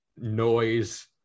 noise